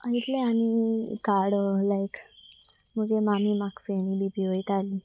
आयतलें आनी काड लायक मुगे मामी म्हाका फेणी बी पिवोयतालीं